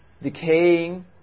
decaying